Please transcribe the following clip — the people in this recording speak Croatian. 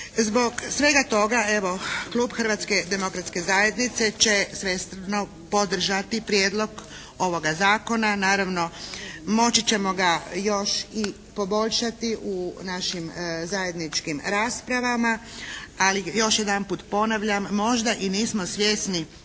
Zbog svega toga evo klub Hrvatske demokratske zajednice će svesrdno podržati prijedlog ovoga zakona. Naravno moći ćemo ga još i poboljšati u našim zajedničkim rasprava. Ali još jedanput ponavljam, možda i nismo svjesni